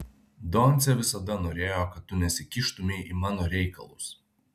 doncė visada norėjo kad tu nesikištumei į mano reikalus